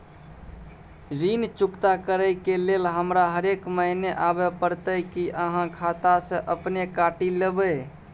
ऋण चुकता करै के लेल हमरा हरेक महीने आबै परतै कि आहाँ खाता स अपने काटि लेबै?